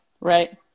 right